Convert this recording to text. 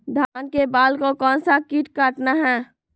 धान के बाल को कौन सा किट काटता है?